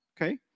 Okay